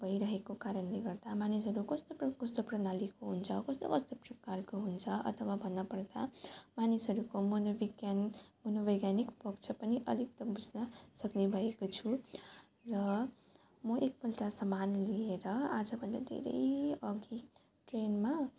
भइरहेको कारणले गर्दा मानिसहरू कस्तो कस्तो प्रणालीको हुन्छ कस्तो कस्तो प्रकारको हुन्छ अथवा भन्नपर्दा मानिसहरूको मनोविज्ञान मनोवैज्ञानिक पक्ष पनि अलिक त बुझ्न सक्ने भएको छु र म एकपल्ट सामान लिएर आजभन्दा धेरै अघि ट्रेनमा